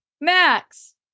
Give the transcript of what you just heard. max